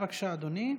בבקשה, אדוני.